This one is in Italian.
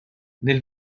nel